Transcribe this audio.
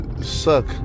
suck